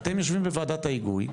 אתם יושבים בוועדת ההיגוי,